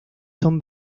son